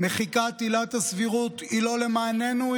מחיקת עילת הסבירות היא לא למעננו,